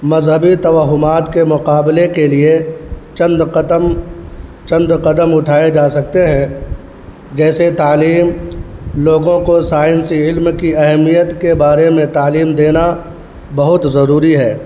مذہبی توہمات کے مقابلے کے لیے چند قدم چند قدم اٹھائے جا سکتے ہیں جیسے تعلیم لوگوں کو سائنسی علم کی اہمیت کے بارے میں تعلیم دینا بہت ضروری ہے